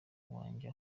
wajya